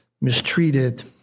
mistreated